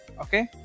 okay